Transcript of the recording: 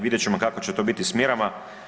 Vidjet ćemo kako će to biti s mjerama.